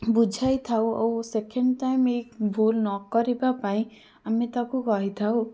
ବୁଝାଇଥାଉ ଆଉ second time ଏଇ ଭୁଲ ନ କରିବା ପାଇଁ ଆମେ ତାକୁ କହିଥାଉ